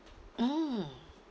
mm